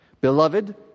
Beloved